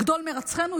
גדול מרצחינו,